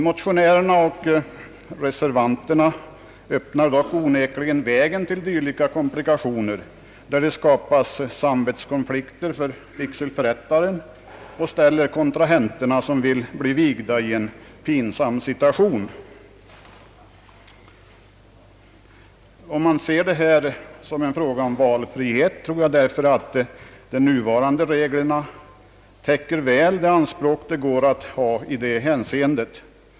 Motionärerna och reservanterna öppnar dock onekligen vägen till dy lika komplikationer där det skapas samvetskonflikter hos vigselförrättaren och där kontrahenterna som vill bli vigda ställs i en pinsam situation. Ser man detta som en fråga om valfrihet, tror jag därför att de nuvarande reglerna väl täcker de anspråk det går att ha i detta hänseende.